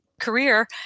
career